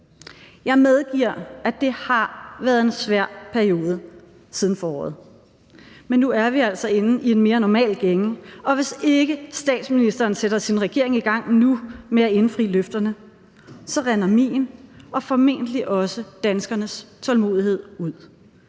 Jeg medgiver, at det har været en svær periode siden foråret, men nu er vi altså inde i en mere normal gænge, og hvis ikke statsministeren sætter sin regering i gang nu med at indfri løfterne, rinder min og formentlig også danskernes tålmodighed ud.